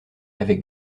avec